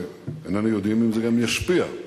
ואיננו יודעים אם זה גם ישפיע,